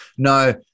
No